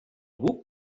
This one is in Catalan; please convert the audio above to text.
buc